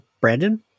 Brandon